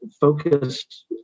focused